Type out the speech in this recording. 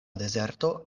dezerto